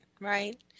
right